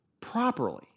properly